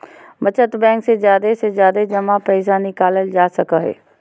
बचत बैंक से जादे से जादे जमा पैसा निकालल जा सको हय